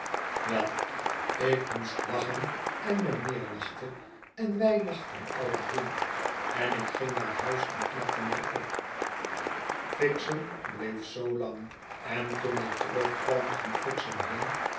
wel ik moest lachen en de meneer lachte en wij lachten alle drie en ik ging naar huis en knapte mij op fixem bleef zoolang en toen ik terugkwam ging fixem heen